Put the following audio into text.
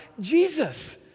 Jesus